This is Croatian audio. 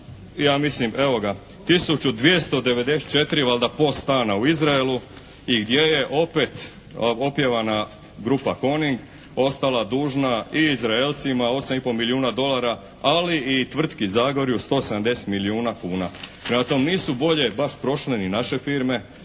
ja mislim evo ga 1294 valjda POS stana u Izraelu i gdje je opet opjevana grupa "Coning" ostala dužna i Izraelcima 8 i po milijuna dolara ali i tvrtki "Zagorju" 170 milijuna kuna. Prema tome, nisu bolje baš prošle ni naše firme,